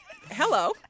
Hello